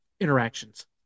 interactions